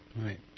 right